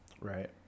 Right